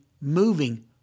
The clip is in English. moving